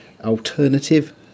alternative